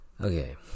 Okay